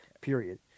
period